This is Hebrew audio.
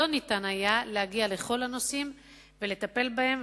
לא ניתן היה להגיע לכל הנושאים ולטפל בהם,